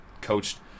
coached